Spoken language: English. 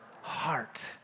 Heart